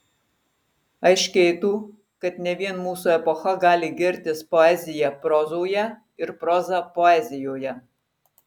aiškėtų kad ne vien mūsų epocha gali girtis poezija prozoje ir proza poezijoje